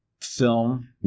film